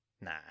Nah